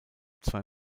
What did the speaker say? zwei